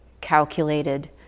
calculated